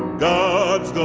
god's